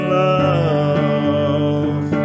love